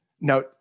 now